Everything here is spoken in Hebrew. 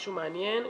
משהו מעניין,